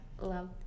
Love